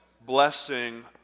blessing